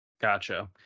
Gotcha